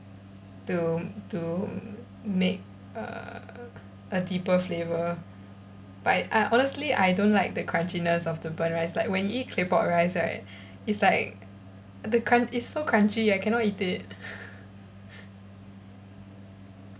to to make err a deeper flavour but I honestly I don't like the crunchiness of the burnt rice like when you eat claypot rice right it's like the crun~ it's so crunchy I cannot eat it